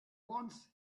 once